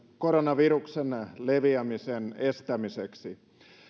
koronaviruksen leviämisen estämiseksi